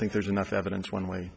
think there's enough evidence one way